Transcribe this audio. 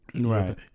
Right